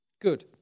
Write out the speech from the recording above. Good